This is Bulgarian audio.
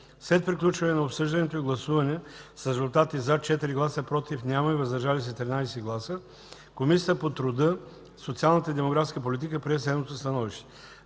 След приключване на обсъждането и гласуване с резултати: „за” – 4 гласа, „против” – няма, и „въздържали се” – 13 гласа, Комисията по труда, социалната и демографската политика прие следното становище: